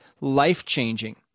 life-changing